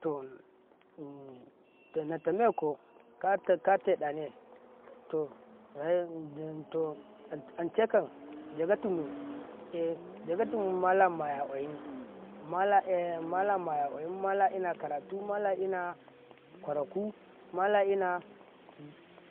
﻿to in tana tanako katakate ɗane to ancekan Jagatimu eh jegatimu mala maya ƙwayin mala ila karatu mala ina ƙarakum mala ina